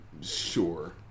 Sure